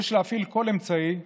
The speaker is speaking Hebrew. יש להפעיל כל אמצעי,